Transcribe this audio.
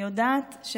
אני יודעת,